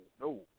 no